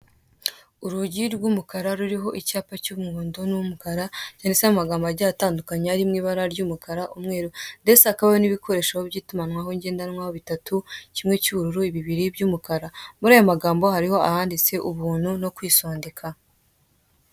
Urugi rw'umukara ruriho icyapa cy'umuhondo n'umukara cyanditseho amagambo agiye atandukanye ari mwibara ry'umukara , umweru ndetse hakabaho n'ibikoresho by'itumanaho jyendanwa bitatu kimwe cy'ubururu bibiri by'umukara, muri ay'amagambo hariho ahanditse ubuntu nokwisondeka.